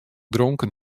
dronken